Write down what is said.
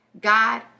god